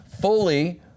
fully